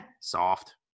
soft